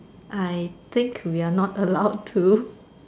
I think we are not allowed to